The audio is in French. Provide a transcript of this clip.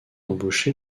embauché